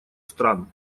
стран